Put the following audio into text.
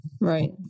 right